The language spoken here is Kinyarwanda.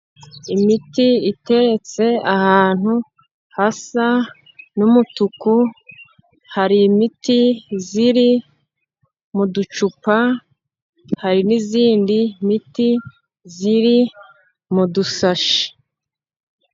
Imiti iteretse ahantu hasa n'umutuku, hari imiti iri mu ducupa hari n'iyindi miti iri mu dusashi.